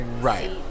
Right